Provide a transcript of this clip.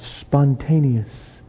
spontaneous